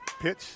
pitch